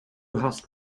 hast